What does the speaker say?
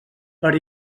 per